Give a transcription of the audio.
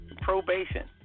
Probation